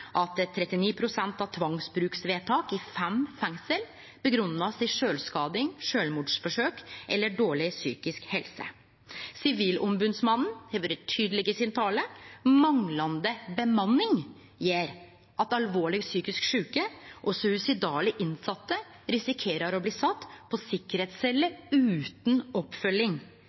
at 39 pst. av tvangsbruksvedtak i fem fengsel blir grunngjevne med sjølvskading, sjølvmordsforsøk eller dårleg psykisk helse. Sivilombodsmannen har vore tydeleg i sin tale – manglande bemanning gjer at alvorleg psykisk sjuke og suicidale innsette risikerer å bli sette på sikkerheitsceller utan oppfølging.